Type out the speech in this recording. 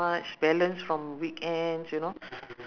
at ya last month at toa payoh